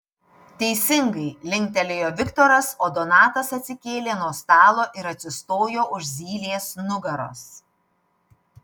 teisingai linktelėjo viktoras o donatas atsikėlė nuo stalo ir atsistojo už zylės nugaros